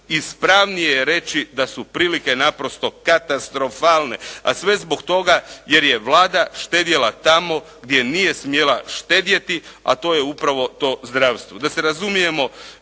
ispravnije je reći da su prilike naprosto katastrofalne, a sve zbog toga jer je Vlada štedjela tamo gdje nije smjela štedjeti, a to je upravo to zdravstvo.